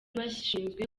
bashinzwe